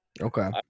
Okay